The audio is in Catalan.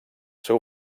seu